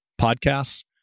Podcasts